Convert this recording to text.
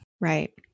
Right